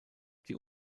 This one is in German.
die